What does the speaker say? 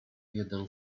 jeden